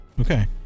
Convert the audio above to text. Okay